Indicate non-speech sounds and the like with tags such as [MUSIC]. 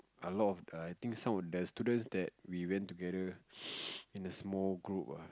a lot of the some of the students that we went together [NOISE] in a small group ah